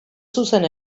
zuzen